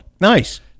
Nice